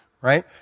right